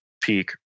peak